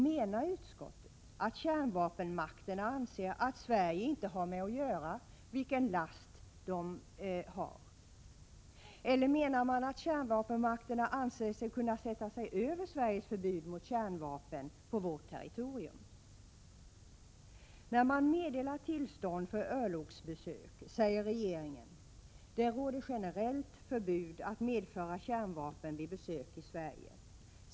Menar utskottet att kärnvapenmakterna anser att Sverige inte har med att göra vilken last som finns ombord eller menar man att kärnvapenmakterna anser sig kunna sätta sig över Sveriges förbud mot kärnvapen på vårt territorium? När man meddelar tillstånd för örlogsbesök, säger regeringen: ”Det råder generellt förbud att medföra kärnvapen vid besök i Sverige.